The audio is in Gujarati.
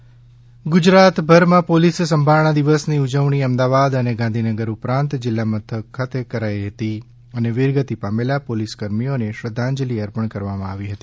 પોલિસ સંભારણા દિવસ ગુજરાતભરમાં પોલિસ સંભારણા દિવસની ઉજવણી અમદાવાદ અને ગાંધીનગર ઉપરાંત જિલ્લા મથક ખાતે કરાઈ હતી અને વીરગતિ પામેલા પોલીસકર્મીઓને શ્રદ્વાંજલી અર્પણ કરવામાં આવી હતી